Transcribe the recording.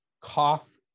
cough